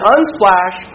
Unsplash